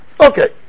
Okay